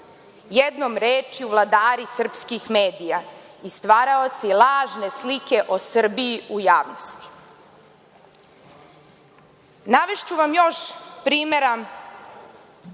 jednom rečju vladari srpskih medija i stvaraoci lažne slike o Srbiji u javnosti. Navešću vam još primera